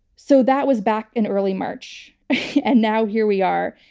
so that was back in early march and now here we are.